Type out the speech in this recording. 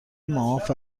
معاف